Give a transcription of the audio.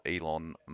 Elon